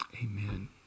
Amen